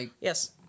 Yes